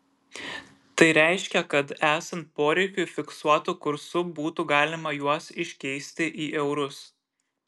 tai reiškia kad esant poreikiui fiksuotu kursu būtų galima juos iškeisti į eurus